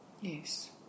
Yes